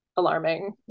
Alarming